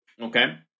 okay